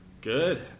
Good